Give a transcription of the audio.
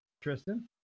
tristan